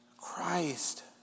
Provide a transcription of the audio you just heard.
Christ